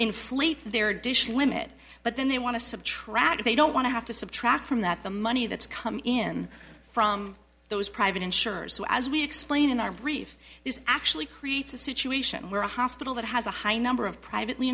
inflate their dish limit but then they want to subtract they don't want to have to subtract from that the money that's coming in from those private insurers who as we explain in our brief is actually creates a situation where a hospital that has a high number of privately